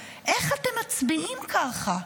איך אתם מצביעים ככה?